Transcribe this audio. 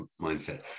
mindset